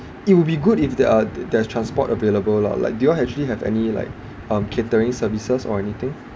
it will be good if there are t~ there's transport available lah like do you all actually have any like um catering services or anything